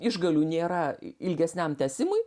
išgalių nėra ilgesniam tęsimui